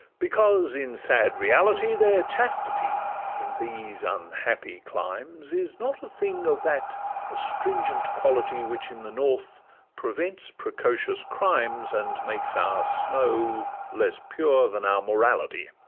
because, in sad reality, their chastity in these unhappy climes is not a thing of that astringent quality which in the north prevents precocious crimes, and makes our snow less pure than our morality